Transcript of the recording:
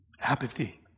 Apathy